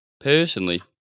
Personally